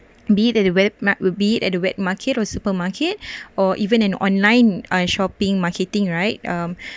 be it at the wet mark~ would be it at the wet market or supermarket or even an online uh shopping marketing right um